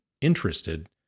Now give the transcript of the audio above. interested